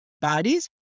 bodies